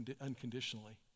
unconditionally